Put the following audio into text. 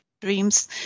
dreams